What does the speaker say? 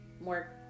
more